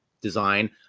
design